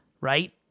right